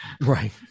Right